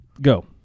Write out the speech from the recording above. Go